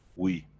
we,